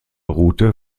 route